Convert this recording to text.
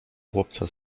chłopca